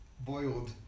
boiled